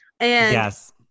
yes